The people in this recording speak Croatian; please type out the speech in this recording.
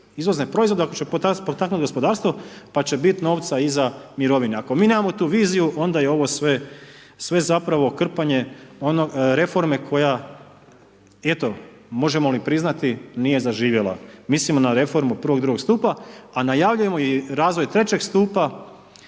izvozne proizvode, ako ćemo potaknuti gospodarstvo pa će biti novca i za mirovine. Ako mi nemamo tu viziju onda je ovo sve zapravo krpanje reforme koja, eto možemo li priznati nije zaživjela. Mislim na reformu prvog i drugog stupa a najavljujemo i razvoj trećeg stupa.